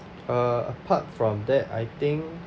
uh apart from that I think